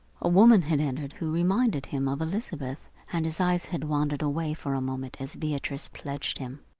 a woman had entered who reminded him of elizabeth, and his eyes had wandered away for a moment as beatrice pledged him.